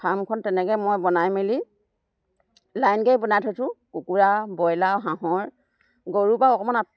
ফাৰ্মখন তেনেকৈ মই বনাই মেলি লাইনকৈয়ে বনাই থৈছোঁ কুকুৰা ব্ৰইলাৰো হাঁহৰ গৰু বাৰু অকণমান